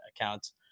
accounts